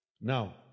now